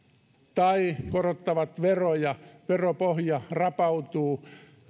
tai korottavat veroja ja veropohja rapautuu